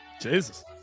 Jesus